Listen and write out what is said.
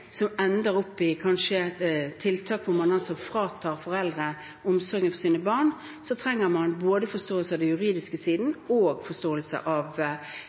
som kanskje ender opp i tiltak hvor man fratar foreldre omsorgen for sine barn, trenger man både forståelse av den juridiske siden og forståelse av